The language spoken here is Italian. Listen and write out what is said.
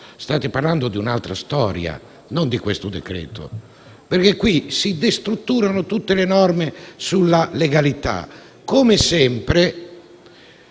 State parlando di un'altra storia, non di questo decreto-legge. Qui si destrutturano tutte le norme sulla legalità.